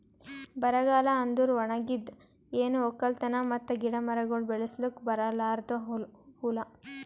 ಬರಗಾಲ ಅಂದುರ್ ಒಣಗಿದ್, ಏನು ಒಕ್ಕಲತನ ಮತ್ತ ಗಿಡ ಮರಗೊಳ್ ಬೆಳಸುಕ್ ಬರಲಾರ್ದು ಹೂಲಾ